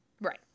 Right